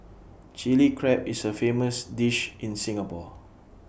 Chilli Crab is A famous dish in Singapore